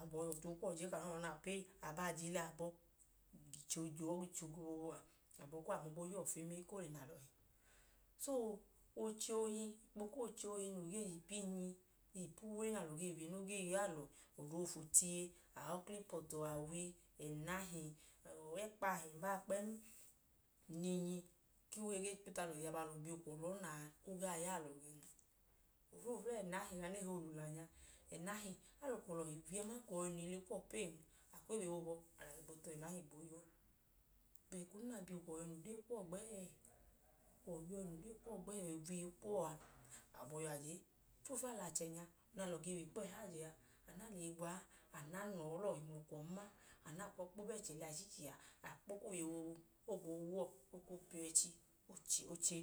Abaa je ili abọ jọọ gicho goo a, abọ kuwọ, abọ yuwọ fenee. Ka o i na lọhi. So, ọchẹ ohi, ikpo ku oche ohi noo gee ga ipu inyi, yọ ipu uwe na alọ gee wiye noo gee ya alọ ọda oofu tiye aọklipọtọ, awi, ẹnahi, ẹkpa ahẹ n baa kpẹẹm nẹ inyi ku uwe gee kpo tu alọ iye a, abọ alọ bi ukwọ lọọ na a, o gaa ya alọ gẹn. Ofluflu, ẹnahi nya, nẹ e ge hi olula nya, ẹnahi. A lẹ ukwọ olọhi gwiye, aman ka oona ili kuwọ peen, a kwu wiye boobu o gboo ya uwọ. Eko duu na bi ukwọ yọi na odee kuwọ gbẹẹ, yọi gwiye kuwọ a, awọ abọhiyuwọ a je. Ofluflu, alọ achẹnya, ọda nẹ alọ ge wu ikpo ẹhajẹ a, a nọọ a lẹ iye gwa a, a nọọ, a nọọ lọọlọhi mla ukwọn ma, a naa kwu ọọ i kpo ba ẹchẹ liya ichichi a, a kwu ọọ i wu iye boobu, o gboo wa uwọ. O kwu piya ẹchi, piya oche,